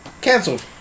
cancelled